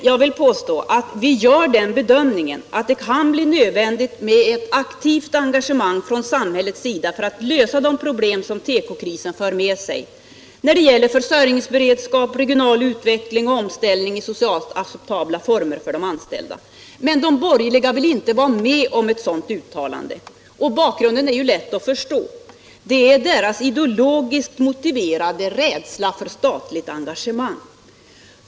Jag vill då svara att vi har gjort den bedömningen att det kan bli nödvändigt med ett aktivt engagemang från samhällets sida för att lösa de problem som tekokrisen för med sig när det gäller försörjningsberedskap, regional utveckling och omställning för de anställda i socialt acceptabla former. Men ett sådant uttalande vill de borgerliga alls inte vara med om. Skälet härför är naturligtvis de borgerligas ideologiskt motiverade rädsla för statligt engagemang.